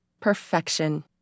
Perfection